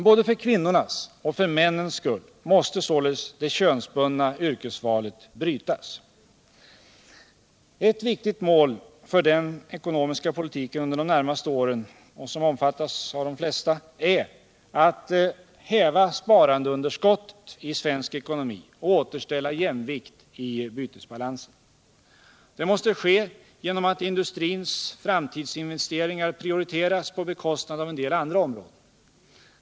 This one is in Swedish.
Både för kvinnornas och för männens skull måste således det könsbundna yrkesvalet brytas. Ett viktigt mål för den ekonomiska politiken under de närmaste åren — och som omfattas av de flesta — är att häva sparandeunderskottet i svensk ekonomi och att återställa jämvikt i bytesbalansen. Det måste ske genom att industrins framtidsinvesteringar prioriteras på bekostnad av en del andra områden.